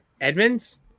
Edmonds